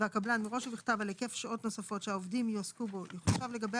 רכיבי